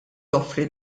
joffri